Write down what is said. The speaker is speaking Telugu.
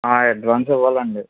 అడ్వాన్స్ ఇవ్వాలి అండి